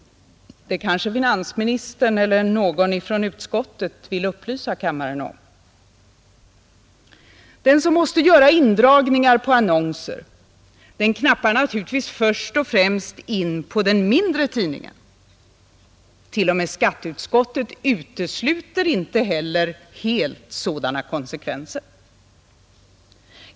Det kanske finansministern eller någon från utskottet vill upplysa kammaren om. Den som måste göra indragningar på annonser knappar naturligtvis först och främst in på annonserna i den mindre tidningen. Inte ens skatteutskottet utesluter helt sådana konsekvenser.